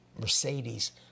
Mercedes